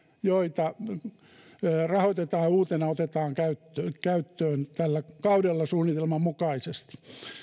joita uutena otetaan käyttöön käyttöön tällä kaudella suunnitelman mukaisesti